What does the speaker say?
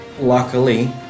Luckily